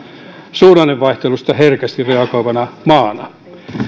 suhdannevaihteluihin herkästi reagoivana maana